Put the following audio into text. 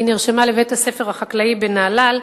היא נרשמה לבית-הספר החקלאי בנהלל,